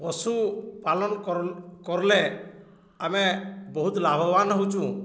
ପଶୁ ପାଲନ କର କର୍ଲେ ଆମେ ବହୁତ ଲାଭବାନ ହେଉଛୁଁ